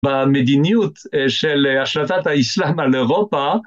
במדיניות של השלטת האסלאם על אירופה